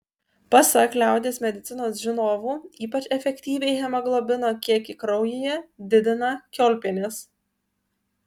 pasak liaudies medicinos žinovų ypač efektyviai hemoglobino kiekį kraujyje didina kiaulpienės